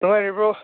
ꯅꯨꯡꯉꯥꯏꯔꯤꯕ꯭ꯔꯣ